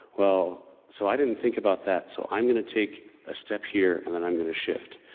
well so i didn't think about that so i'm gonna take a step here and then i'm gonna shift.